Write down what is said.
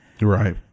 Right